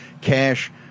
Cash